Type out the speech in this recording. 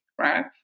right